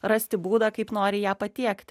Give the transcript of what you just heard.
rasti būdą kaip nori ją patiekti